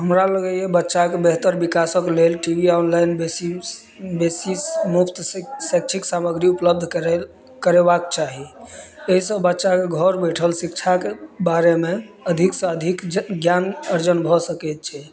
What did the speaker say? हमरा लगैया बच्चाके बेहतर विकासके लेल टी वी ऑनलाइन बेसी बेसी मुफ्त शैक्षिक सामग्री उपलब्ध करै करेबाक चाही एहिसँ बच्चाके घर बैसल शिक्षाके बारेमे अधिकसँ अधिक ज्ञान अर्जन भऽ सकैत छै